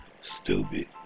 stupid